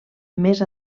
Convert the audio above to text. més